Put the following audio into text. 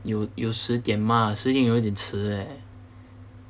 有十点吗十点有点迟呃